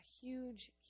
huge